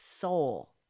soul